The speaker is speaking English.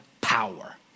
power